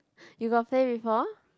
you got play before